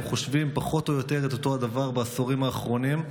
הם חושבים פחות או יותר את אותו הדבר בעשורים האחרונים,